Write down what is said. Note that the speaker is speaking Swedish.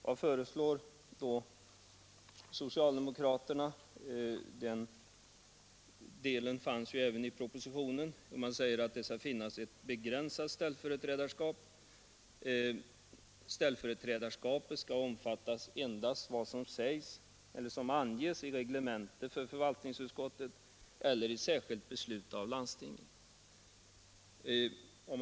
Vad föreslår då socialdemokraterna? Den här delen fanns ju också med i propositionen. Jo, socialdemokraterna menar att det bör finnas ett begränsat ställföreträdarskap. Det skall omfatta endast vad som anges i reglemente för förvaltningsutskottet eller i särskilt beslut av landstinget.